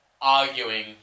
arguing